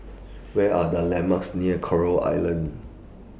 Where Are The landmarks near Coral Island